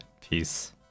peace